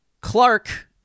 Clark